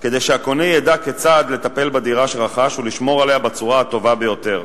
כדי שהקונה ידע כיצד לטפל בדירה שרכש ולשמור עליה בצורה הטובה ביותר.